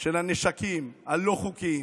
של הנשקים הלא-חוקיים,